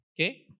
Okay